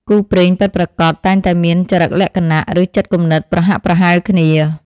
គូព្រេងពិតប្រាកដ តែងតែមានចរិតលក្ខណៈ ឬចិត្តគំនិតប្រហាក់ប្រហែលគ្នា។